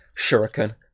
shuriken